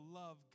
love